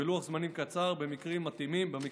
בלוח זמנים קצר במקרים המתאימים.